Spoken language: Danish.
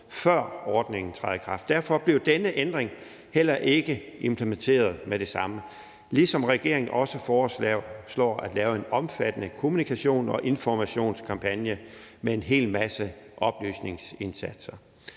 før ordningen træder i kraft. Derfor bliver denne ændring heller ikke implementeret med det samme, ligesom regeringen også foreslår at lave en omfattende kommunikations- og informationskampagne med en hel masse oplysningsindsatser.